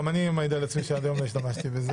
גם אני מעיד על עצמי שעד היום לא השתמשתי בזה.